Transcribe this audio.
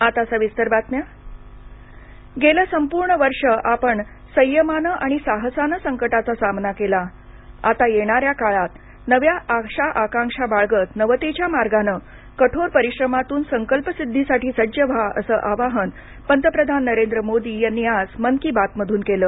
मन की बात गेलं संपूर्ण वर्ष आपण संयमानं आणि साहसानं संकटाचा सामना केला आता येणाऱ्या काळात नव्या आशा आकांक्षा बाळगत नवतेच्या मार्गानं कठोर परिश्रमातून संकल्पसिद्धीसाठी सज्ज व्हा असं वाहन पंतप्रधान नरेंद्र मोदी यांनी आज मन की बात मधून केलं